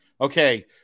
okay